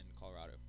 colorado